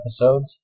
episodes